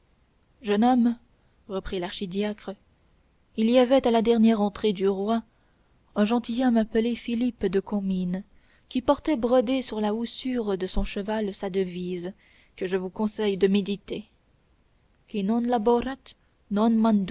jeune homme reprit l'archidiacre il y avait à la dernière entrée du roi un gentilhomme appelé philippe de comines qui portait brodée sur la houssure de son cheval sa devise que je vous conseille de méditer qui non laborat non